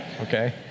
Okay